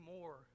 more